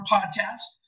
Podcast